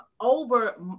over